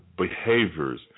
behaviors